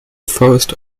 forest